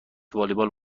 والیبال